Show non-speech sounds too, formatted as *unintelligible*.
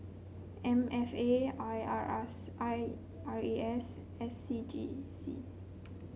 M F A I R *unintelligible* I R A S S C G C